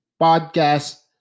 podcast